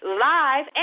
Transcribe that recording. Live